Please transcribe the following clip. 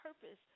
purpose